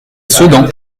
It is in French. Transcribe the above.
sedan